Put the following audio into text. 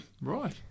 Right